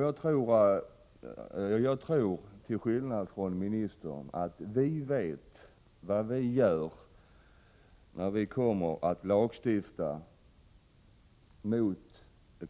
Jag tror till skillnad från ministern att vi vet vad vi gör när vi kommer att lagstifta mot